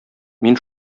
мин